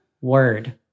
word